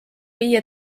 viie